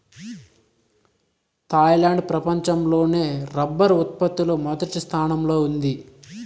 Thailand ప్రపంచం లోనే rubber ఉత్పత్తి లో మొదటి స్థానంలో ఉంది